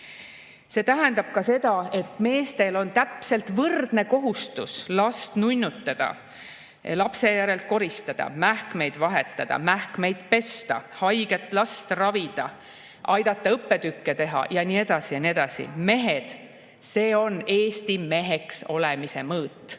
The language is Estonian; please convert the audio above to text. See tähendab ka seda, et meestel on täpselt võrdne kohustus last nunnutada, lapse järelt koristada, mähkmeid vahetada, mähkmeid pesta, haiget last ravida, aidata õppetükke teha ja nii edasi ja nii edasi. Mehed, see on Eesti meheks olemise mõõt,